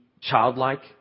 childlike